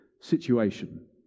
situation